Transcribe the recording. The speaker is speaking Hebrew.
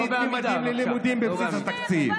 לא בעמידה, בבקשה.